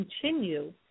continue